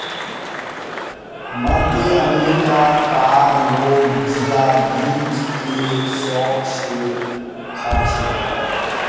मध्य अमेरिका कार लोग जिया बीज के शौक से खार्चे